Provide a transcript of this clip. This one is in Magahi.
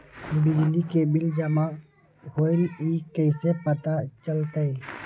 बिजली के बिल जमा होईल ई कैसे पता चलतै?